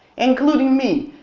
including me.